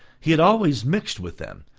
he had always mixed with them,